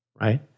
Right